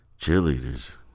cheerleaders